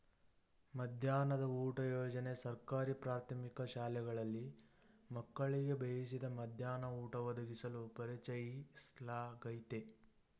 ಮಧ್ಯಾಹ್ನದ ಊಟ ಯೋಜನೆ ಸರ್ಕಾರಿ ಪ್ರಾಥಮಿಕ ಶಾಲೆಗಳಲ್ಲಿ ಮಕ್ಕಳಿಗೆ ಬೇಯಿಸಿದ ಮಧ್ಯಾಹ್ನ ಊಟ ಒದಗಿಸಲು ಪರಿಚಯಿಸ್ಲಾಗಯ್ತೆ